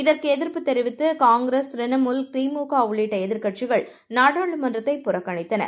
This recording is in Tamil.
இதற்குஎதிர்ப்புதெரிவித்து காங்கிரஸ் திரிணாமுல் திமுகஉள்ளிட்டஎதிர்க்கட்சிகள் நாடாளுமன்றத்தைபுறக்கணித்தன